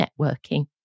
networking